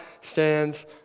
stands